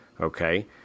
Okay